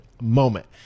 moment